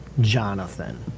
jonathan